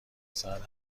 ساعت